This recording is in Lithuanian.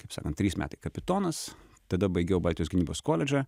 kaip trys metai kapitonas tada baigiau baltijos gynybos koledžą